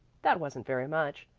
that wasn't very much,